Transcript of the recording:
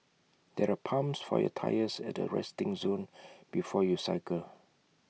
there are pumps for your tyres at the resting zone before you cycle